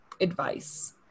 advice